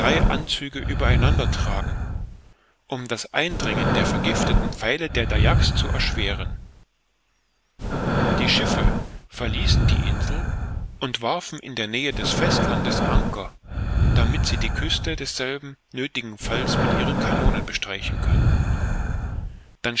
anzüge über einander tragen um das eindringen der vergifteten pfeile der dayaks zu erschweren die schiffe verließen die insel und warfen in der nähe des festlandes anker damit sie die küste desselben nöthigen falles mit ihren kanonen bestreichen könnten dann